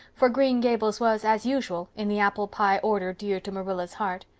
for green gables was, as usual, in the apple pie order dear to marilla's heart.